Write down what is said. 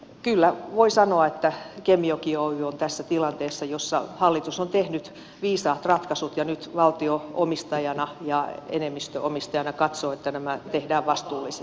kyllä voi sanoa että kemijoki oy on tässä tilanteessa jossa hallitus on tehnyt viisaat ratkaisut ja nyt valtio omistajana ja enemmistöomistajana katsoo että nämä tehdään vastuullisesti